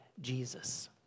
Jesus